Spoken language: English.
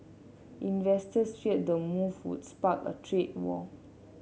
investors feared the move would spark a trade war